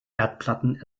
erdplatten